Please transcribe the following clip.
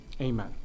amen